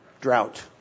drought